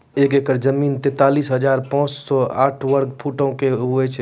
एक एकड़ जमीन, तैंतालीस हजार पांच सौ साठ वर्ग फुटो के होय छै